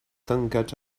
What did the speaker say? tancats